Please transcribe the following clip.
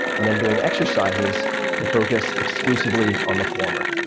and then doing exercises to focus exclusively on the former.